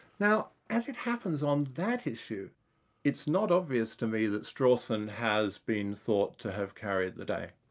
now, as it happens on that issue it's not obvious to me that strawson has been thought to have carried the day.